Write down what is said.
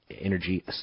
Energy